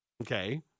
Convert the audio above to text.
Okay